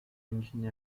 engine